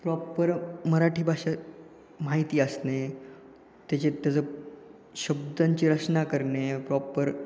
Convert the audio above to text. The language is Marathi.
प्रॉपर मराठी भाषा माहिती असणे त्याचे त्याचं शब्दांची रचना करणे प्रॉपर